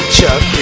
Chuck